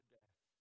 death